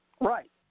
Right